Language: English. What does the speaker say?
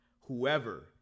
whoever